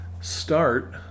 start